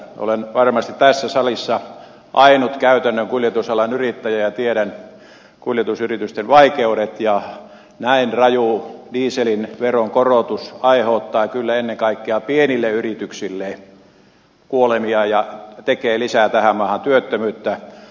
olen varmasti tässä salissa ainut käytännön kuljetusalan yrittäjä ja tiedän kuljetusyritysten vaikeudet ja näin raju dieselin veronkorotus aiheuttaa kyllä ennen kaikkea pienille yrityksille kuolemia ja tekee lisää tähän maahan työttömyyttä